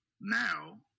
now